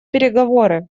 переговоры